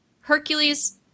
Hercules